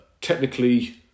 technically